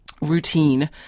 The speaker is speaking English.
routine